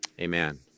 Amen